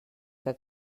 que